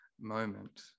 moment